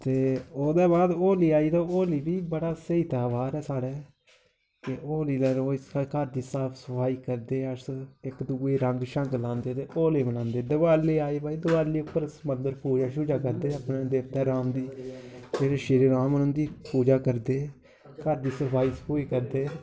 ते ओह्दे बाद होली आई ते होली बी बड़ा स्हेई त्योहार ऐ साढ़ै ते होली दे रोज भई घर दी साफ सफाई करदे अस इक दुए रंग शंग लांदे ते होली मनांदे दिवाली आई भई दिवाली उप्पर पूजा शुजा करदे आपने देवते राम दी अपने श्री राम न उं'दी पूजा करदे घर दी सफाई सफुई करदे